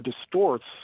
distorts